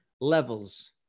levels